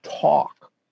talk